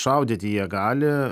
šaudyti jie gali